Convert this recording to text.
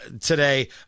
today